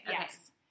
yes